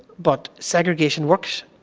but segregation works.